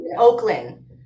Oakland